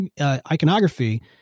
iconography